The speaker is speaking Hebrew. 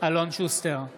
המזכיר יקרא